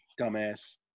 dumbass